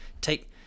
take